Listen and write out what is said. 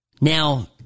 Now